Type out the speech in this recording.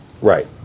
right